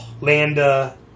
Landa